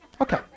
Okay